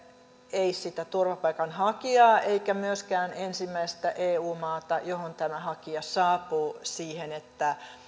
ei sitä turvapaikanhakijaa eikä myöskään ensimmäistä eu maata johon tämä hakija saapuu siihen että